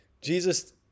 Jesus